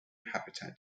habitat